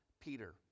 Peter